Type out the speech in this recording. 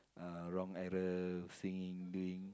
uh wrong error singing doing